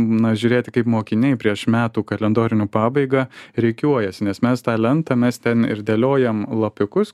na žiūrėti kaip mokiniai prieš metų kalendorinių pabaigą rikiuojasi nes mes tą lentą mes ten ir dėliojame lapiukus